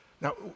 Now